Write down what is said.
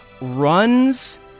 runs